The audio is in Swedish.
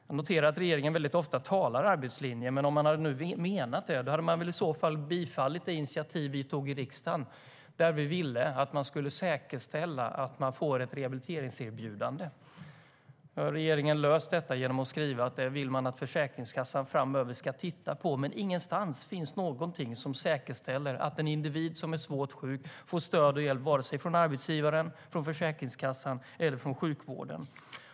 Jag noterar att regeringen väldigt ofta talar arbetslinje, men om man nu hade menat något med det hade man väl i så fall bifallit det initiativ som vi tog i riksdagen om att säkerställa att människor som är sjukskrivna får ett rehabiliteringserbjudande. Nu har regeringen löst detta genom att skriva att de vill att Försäkringskassan framöver ska titta på detta. Men ingenstans finns någonting som säkerställer att den individ som är svårt sjuk får stöd och hjälp från vare sig arbetsgivaren, försäkringskassan eller sjukvården.